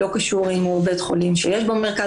לא קשור אם הוא בית חולים שיש בו מרכז